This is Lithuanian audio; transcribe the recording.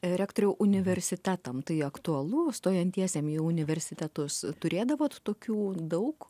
rektoriau universitetam tai aktualu stojantiesiem į universitetus turėdavot tokių daug